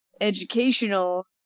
educational